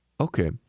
Okay